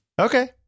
Okay